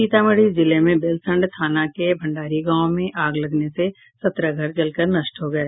सीतामढ़ी जिले में बेलसंड थाना के भंडारी गांव में आग लगने से सत्रह घर जलकर नष्ट हो गये